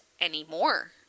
anymore